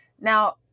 Now